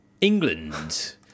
England